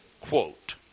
quote